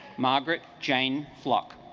margaret jane flock